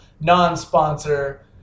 non-sponsor